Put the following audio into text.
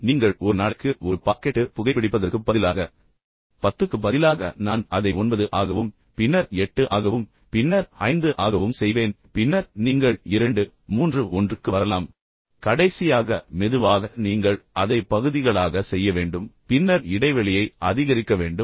எனவே நீங்கள் ஒரு நாளைக்கு ஒரு பாக்கெட்டு புகைபிடிப்பதற்குப் பதிலாக 10 க்கு பதிலாக நான் அதை 9 ஆகவும் பின்னர் 8 ஆகவும் பின்னர் 5 ஆகவும் செய்வேன் பின்னர் நீங்கள் 231 க்கு வரலாம் கடைசியாக மெதுவாக நீங்கள் அதை பகுதிகளாக செய்ய வேண்டும் பின்னர் அதிர்வெண்ணை அதிகரிக்க வேண்டும்